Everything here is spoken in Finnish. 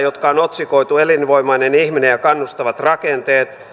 jotka on otsikoitu elinvoimainen ihminen ja kannustavat rakenteet